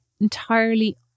entirely